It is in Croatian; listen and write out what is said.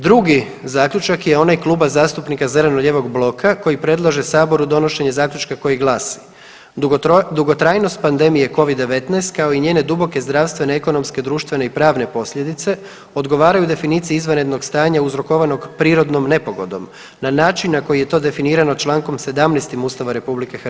Drugi zaključak je onaj Kluba zastupnika zeleno-lijevog bloka koji predlaže Saboru donošenje zaključka koji glasi: Dugotrajnost pandemije Covid-19, kao i njene duboke zdravstvene, ekonomske, društvene i pravne posljedice, odgovaraju definiciji izvanrednog stanja uzrokovanog prirodnom nepogodom na način na koji je to definirano čl. 17 Ustava RH.